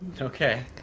Okay